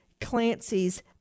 Clancy's